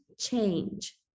change